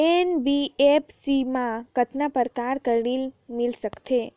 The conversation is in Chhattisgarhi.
एन.बी.एफ.सी मा कतना प्रकार कर ऋण मिल सकथे?